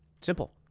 Simple